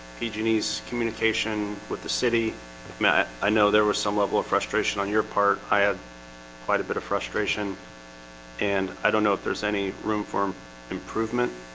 fiji's communication with the city matt. i know there was some level of frustration on your part. i had quite a bit of frustration frustration and i don't know if there's any room for improvement